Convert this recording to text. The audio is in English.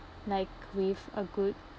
like with a good